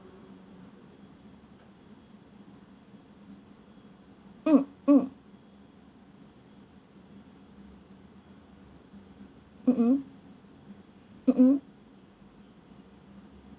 mm mm mm mm